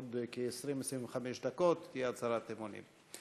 עוד כ-20 25 דקות תהיה הצהרת האמונים.